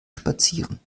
spazieren